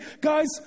guys